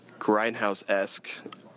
grindhouse-esque